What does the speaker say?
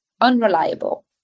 unreliable